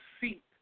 seat